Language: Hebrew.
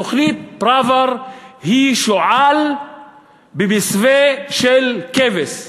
תוכנית פראוור היא שועל במסווה של כבש.